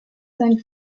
seinen